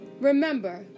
Remember